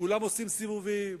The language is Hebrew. כולם עושים סיבובים.